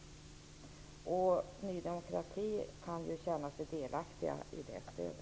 Ny demokrati kan känna sig delaktigt i det avseendet.